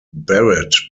barrett